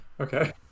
Okay